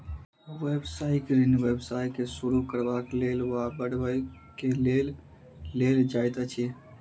व्यवसायिक ऋण व्यवसाय के शुरू करबाक लेल वा बढ़बय के लेल लेल जाइत अछि